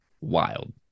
Wild